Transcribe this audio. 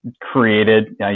created